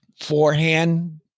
forehand